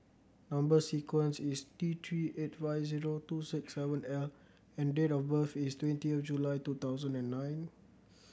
number sequence is T Three eight five zero two six seven L and date of birth is twenty of July two thousand and nine